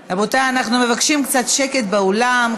רבותיי, אנחנו מבקשים קצת שקט באולם.